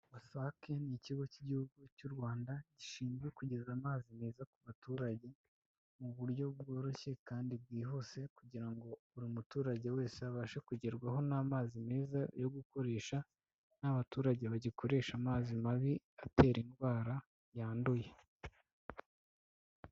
WASAC ni ikigo cy'Igihugu cy'u Rwanda gishinzwe kugeza amazi meza ku baturage mu buryo bworoshye kandi bwihuse kugira ngo buri muturage wese abashe kugerwaho n'amazi meza yo gukoresha, n'abaturage bagikoresha amazi mabi atera indwara yanduye.